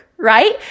right